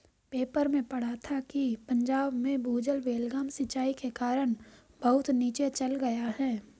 paper में पढ़ा था कि पंजाब में भूजल बेलगाम सिंचाई के कारण बहुत नीचे चल गया है